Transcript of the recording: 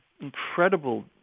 incredible